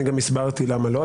אני גם הסברתי למה לא.